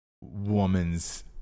woman's